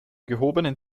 gehobenen